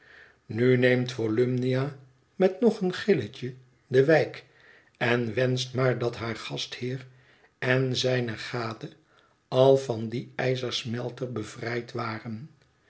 nu neemt volumnia met nog een gilletje de wijk en wenscht maar dat haar gastheer en zijne gade al van dien ijzersmelter bevrijd waren